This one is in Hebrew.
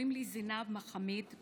קוראים לי זינב מחאמיד,